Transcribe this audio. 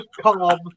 calm